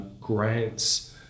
grants